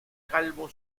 calvo